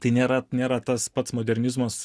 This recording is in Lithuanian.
tai nėra nėra tas pats modernizmas